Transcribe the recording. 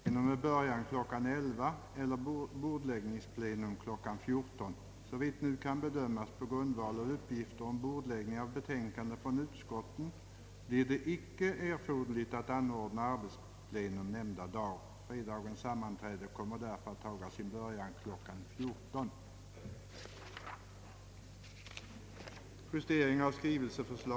tingen ett arbetsplenum med början kl. 11.00 eller ett bordläggningsplenum kl. 14.00. Såvitt nu kan bedömas på grundval av uppgifter om bordläggning av betänkanden från utskotten, blir det icke erforderligt att anordna arbetsplenum nämnda dag. Fredagens sammanträde kommer därför att taga sin början kl. 14.00.